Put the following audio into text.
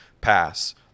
pass